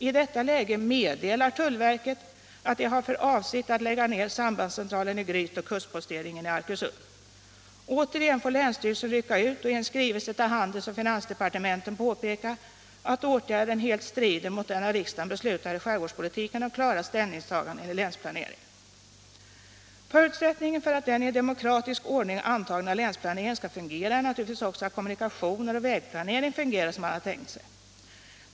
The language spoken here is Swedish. I detta läge meddelar tullverket att det har för avsikt att lägga ner sambands centralen i Gryt och kustposteringen i Arkösund. Återigen får länsstyrelsen rycka ut och i en skrivelse till handelsoch finansdepartementen påpeka, att åtgärden helt strider mot den av riksdagen beslutade skärgårdspolitiken och klara ställningstaganden i länsplaneringen. Förutsättningen för att den i demokratisk ordning antagna länsplaneringen skall fungera är naturligtvis också att kommunikationer och vägplanering fungerar som man har tänkt sig.